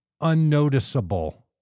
Unnoticeable